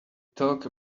talk